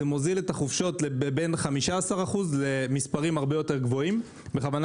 זה מוזיל את החופשות בין 15% למספרים הרבה יותר גבוהים בכוונה